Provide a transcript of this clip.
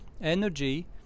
energy